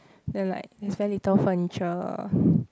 then like is very little furniture